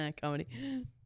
Comedy